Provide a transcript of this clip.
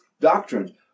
doctrine